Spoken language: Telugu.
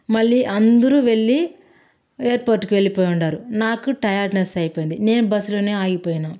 మళ్ళీ అందరు వెళ్ళి ఎయిర్పోర్ట్కి వెళ్ళిపోయి ఉన్నారు నాకు టైర్డ్నెస్ అయిపొయింది నేను బస్లోనే ఆగిపోయినా